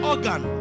Organ